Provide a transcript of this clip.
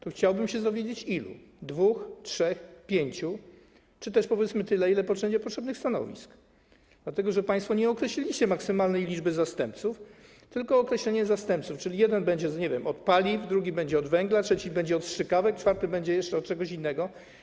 To chciałbym się dowiedzieć ilu: dwóch, trzech, pięciu czy też, powiedzmy, tylu, ile będzie potrzebnych stanowisk, dlatego że państwo nie określiliście maksymalnej liczby zastępców, tylko pojawiło się określenie „zastępców”, czyli jeden będzie, nie wiem, od paliw, drugi będzie od węgla, trzeci będzie od strzykawek, czwarty będzie jeszcze od czegoś innego.